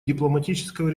дипломатического